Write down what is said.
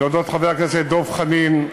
להודות לחבר הכנסת דב חנין,